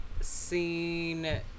Seen